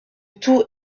tout